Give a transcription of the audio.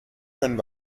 können